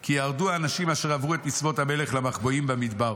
כי ירדו אנשים אשר עברו את מצוות המלך למחבואים במדבר.